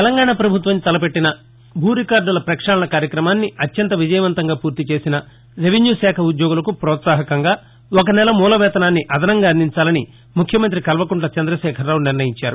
తెలంగాణా పభుత్వం తలపెట్టిన భూ రికార్డుల పక్షాళన కార్యక్రమాన్ని అత్యంత విజయవంతంగా పూర్తీ చేసిన రెవెన్యూ శాఖ ఉద్యోగులకు ప్రోత్సాహకంగా ఒక నెల మూల వేతనాన్నిఅదనంగా అందించాలని ముఖ్యమంతి కల్పకుంట్ల చంద్రశేఖర రావు నిర్ణయించారు